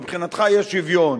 מבחינתך יש שוויון.